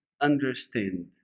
understand